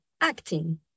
acting